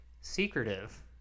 secretive